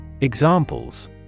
Examples